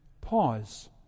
pause